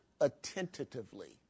attentively